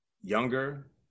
younger